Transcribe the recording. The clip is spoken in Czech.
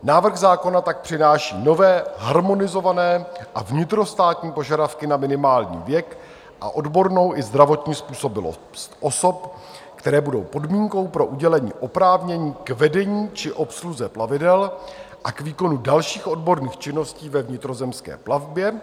Návrh zákona tak přináší nové harmonizované a vnitrostátní požadavky na minimální věk a odbornou i zdravotní způsobilost osob, které budou podmínkou pro udělení oprávnění k vedení či obsluze plavidel a k výkonu dalších odborných činností ve vnitrozemské plavbě.